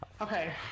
Okay